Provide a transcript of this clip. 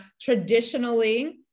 traditionally